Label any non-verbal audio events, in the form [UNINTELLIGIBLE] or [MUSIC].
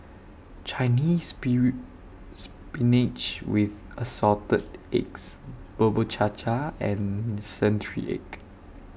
Chinese [UNINTELLIGIBLE] Spinach with Assorted Eggs Bubur Cha Cha and Century Egg